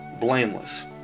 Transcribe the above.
blameless